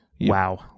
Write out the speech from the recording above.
Wow